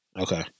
Okay